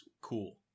cool